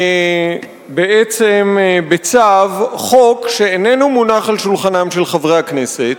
בעצם בצו חוק שאיננו מונח על שולחנם של חברי הכנסת,